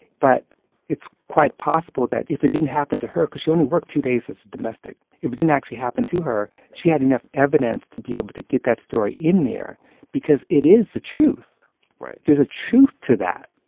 but it's quite possible that if it didn't happen to her cause she only worked two days as a domestic if it didn't actually happen to her, she had enough evidence to be able to get that story in there because it is the truth right there's a truth to that,